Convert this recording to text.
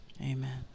Amen